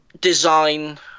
design